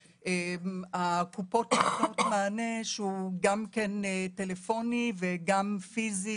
קופות החולים נותנות גם מענה טלפוני וגם פיזי.